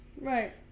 Right